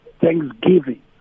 thanksgiving